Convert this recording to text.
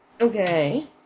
Okay